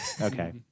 okay